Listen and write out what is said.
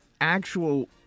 actual